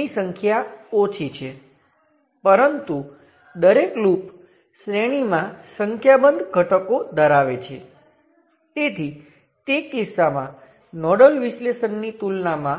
માંથી current I હોય